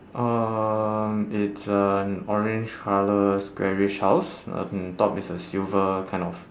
um it's an orange colour squarish house on top is a silver kind of